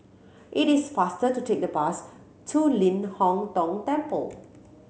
it is faster to take the bus to Ling Hong Tong Temple